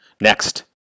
Next